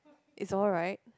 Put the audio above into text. it's alright